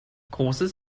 großes